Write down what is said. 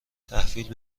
تحویل